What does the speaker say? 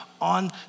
on